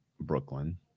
brooklyn